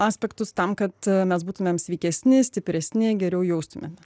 aspektus tam kad mes būtumėm sveikesni stipresni geriau jaustumėme